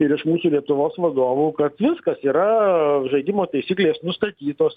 ir iš mūsų lietuvos vadovų kad viskas yra žaidimo taisyklės nustatytos